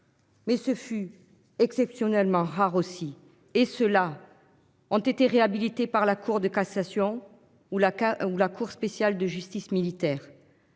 Mais ce fut exceptionnellement rare aussi et ceux-là ont été réhabilité par la Cour de cassation ou la cas ou la cour spéciale de justice militaire.